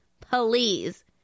please